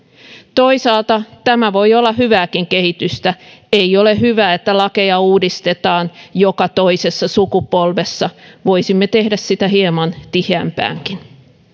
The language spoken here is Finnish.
toisaalta tämä voi olla hyvääkin kehitystä ei ole hyvä että lakeja uudistetaan joka toisessa sukupolvessa voisimme tehdä sitä hieman tiheämpäänkin